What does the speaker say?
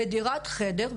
דירת חדר.